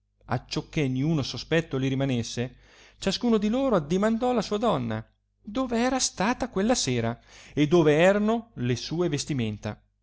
suspizione acciò che niuno sospetto li rimanesse ciascun di loro addimandò la sua donna dove era stata quella sera e dove erano le sue vestimenta